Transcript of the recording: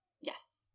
Yes